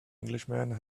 englishman